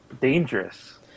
dangerous